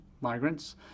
migrants